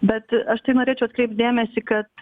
bet aš tai norėčiau atkreipt dėmesį kad